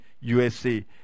USA